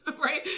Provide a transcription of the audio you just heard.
right